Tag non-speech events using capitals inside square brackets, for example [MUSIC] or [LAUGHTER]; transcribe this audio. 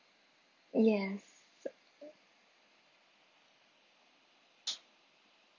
yes [NOISE]